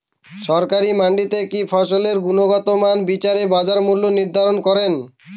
সরকারি মান্ডিতে কি ফসলের গুনগতমান বিচারে বাজার মূল্য নির্ধারণ করেন?